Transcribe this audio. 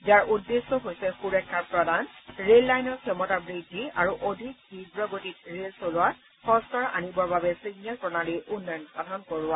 যাৰ উদ্দেশ্য হৈছে সুৰক্ষা প্ৰদান ৰেল লাইনৰ ক্ষমতা বৃদ্ধি আৰু অধিক তীৱ গতিত ৰেল চলোৱাত সংস্থাৰ আনিবৰ বাবে ছিগ্নেল প্ৰণালীৰ উন্নয়ন সাধন কৰোৱা